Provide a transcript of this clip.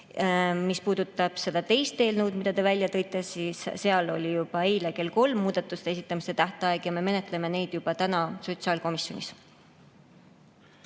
Mis puudutab seda teist eelnõu, siis sellel oli juba eile kell kolm muudatuste esitamise tähtaeg. Ja me menetleme neid juba täna sotsiaalkomisjonis.